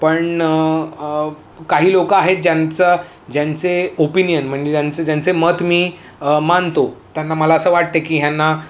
पण काही लोक आहेत ज्यांचं ज्यांचे ओपिनियन म्हणजे ज्यांचं ज्यांचे मत मी मानतो त्यांना मला असं वाटते की ह्यांना